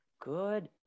good